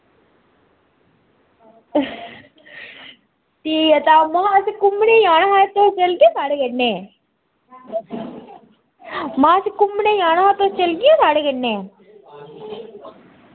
ठीक ऐ तां महा असैं घुम्मने जाना हा तुस चलगे साढ़े कन्नै महा अस घुम्मने जाना हा तुस चलगे ओ साढ़े कन्नै